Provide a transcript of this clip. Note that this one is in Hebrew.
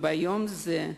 ביום הזה,